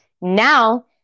now